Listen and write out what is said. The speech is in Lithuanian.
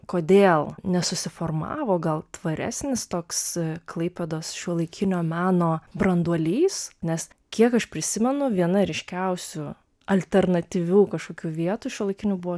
kodėl nesusiformavo gal tvaresnis toks klaipėdos šiuolaikinio meno branduolys nes kiek aš prisimenu viena ryškiausių alternatyvių kažkokių vietų šiuolaikinių buvo